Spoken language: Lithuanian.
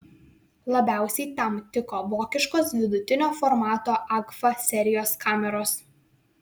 labiausiai tam tiko vokiškos vidutinio formato agfa serijos kameros